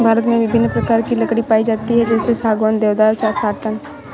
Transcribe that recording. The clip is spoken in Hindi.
भारत में विभिन्न प्रकार की लकड़ी पाई जाती है जैसे सागौन, देवदार, साटन